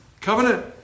Covenant